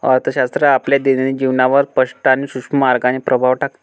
अर्थशास्त्र आपल्या दैनंदिन जीवनावर स्पष्ट आणि सूक्ष्म मार्गाने प्रभाव टाकते